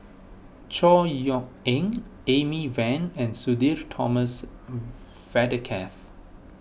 Chor Yeok Eng Amy Van and Sudhir Thomas Vadaketh